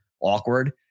awkward